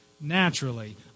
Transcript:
naturally